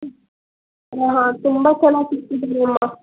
ಹ್ಞೂ ಹ್ಞೂ ಹಾಂ ತುಂಬ ಸಲ ಸಿಕಿದ್ರಿ ಮ್ಯಾಮ್